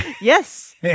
Yes